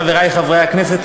חברי חברי הכנסת,